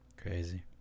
Crazy